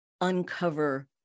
uncover